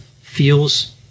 feels